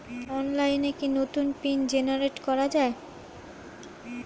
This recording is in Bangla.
অনলাইনে কি নতুন পিন জেনারেট করা যায়?